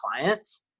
clients